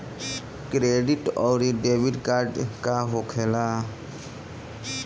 Credit आउरी debit card का होखेला?